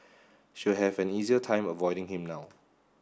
she'll have an easier time avoiding him now